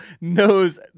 knows